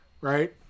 right